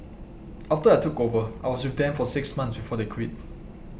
after I took over I was with them for six months before they quit